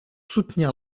soutenir